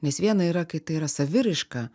nes viena yra kai tai yra saviraiška